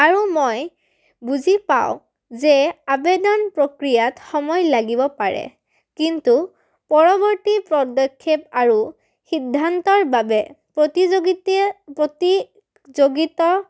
আৰু মই বুজি পাওঁ যে আবেদন প্ৰক্ৰিয়াত সময় লাগিব পাৰে কিন্তু পৰৱৰ্তী পদক্ষেপ আৰু সিদ্ধান্তৰ বাবে প্ৰতিযোগিত প্ৰতিযোগিত